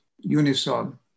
unison